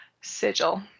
Sigil